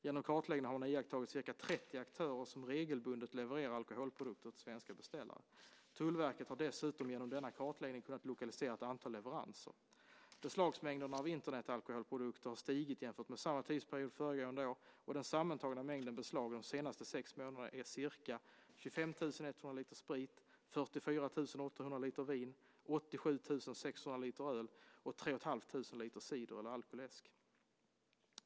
Genom kartläggningen har man iakttagit ca 30 aktörer som regelbundet levererar alkoholprodukter till svenska beställare. Tullverket har dessutom genom denna kartläggning kunnat lokalisera ett antal leveranser. Beslagsmängderna av Internetalkoholprodukter har stigit jämfört med samma tidsperiod föregående år, och den sammantagna mängden beslag de senaste sex månaderna är ca 25 100 liter sprit, 44 800 liter vin, 87 600 liter öl och 3 500 liter cider eller alkoläsk.